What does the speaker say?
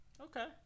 okay